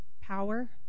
power